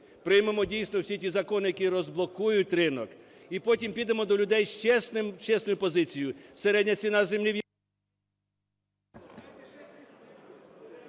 приймемо дійсно всі ті закони, які розблокують ринок, і потім підемо до людей з чесним… чесною позицією. Середня ціна землі…